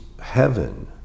heaven